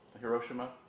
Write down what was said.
Hiroshima